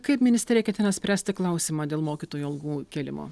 kaip ministerija ketina spręsti klausimą dėl mokytojų algų kėlimo